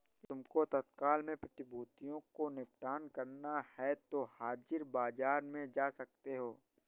यदि तुमको तत्काल में प्रतिभूतियों को निपटान करना है तो हाजिर बाजार में जा सकते हो